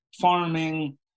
farming